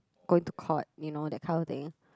going to court you know that kind of thing